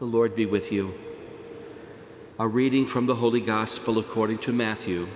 the lord be with you a reading from the holy gospel according to matthew